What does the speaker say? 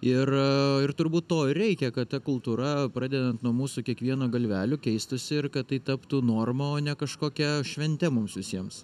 ir ir turbūt to ir reikia kad ta kultūra pradedant nuo mūsų kiekvieno galvelių keistųsi ir kad tai taptų norma o ne kažkokia švente mums visiems